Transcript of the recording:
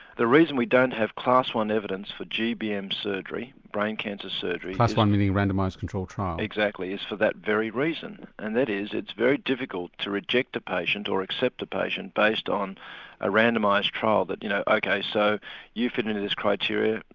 the reason we don't have class one evidence for gbm surgery, brain cancer surgery norman swan class one meaning randomised controlled trials? exactly, it's for that very reason and that is it's very difficult to reject a patient or accept a patient based on a randomised trial that you know ok, so you fit into this criteria,